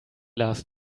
last